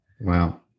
Wow